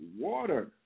water